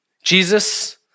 Jesus